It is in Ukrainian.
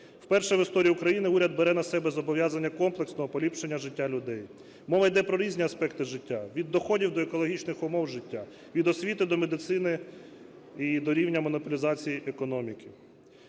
Вперше в історії України уряд бере на себе зобов'язання комплексного поліпшення життя людей. Мова йде про різні аспекти життя: від доходів до екологічних умов життя, від освіти до медицині і до рівня монополізації економіки.